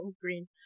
green